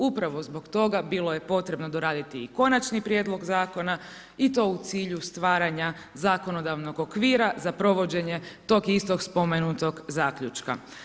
Upravo zbog toga bilo je potrebno doraditi i konačni prijedlog zakona i to u cilju stvaranja zakonodavnog okvira za provođenje tog istog spomenutog zaključka.